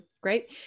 Great